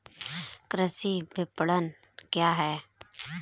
कृषि विपणन क्या है?